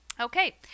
Okay